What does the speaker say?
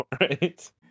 right